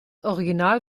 original